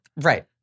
Right